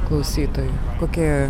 klausytojų kokia